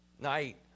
night